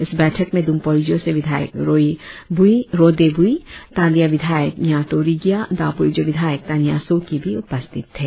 इस बैठक में दुम्पोरिजो से विधायक रोदे बुइ तालिया विधायक न्यातो रिगिया दापोरिजो विधायक तानिया सोकी भी उपस्थित थे